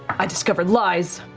i discovered lies,